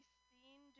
seen